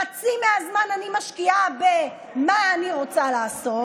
חצי מהזמן אני משקיעה במה שאני רוצה לעשות,